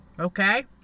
Okay